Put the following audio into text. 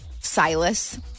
Silas